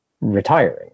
retiring